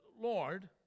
Lord